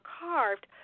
carved